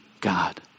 God